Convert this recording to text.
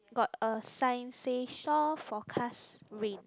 got a sign say shore forecast rain